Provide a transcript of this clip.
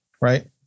right